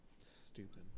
Stupid